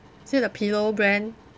is it a pillow brand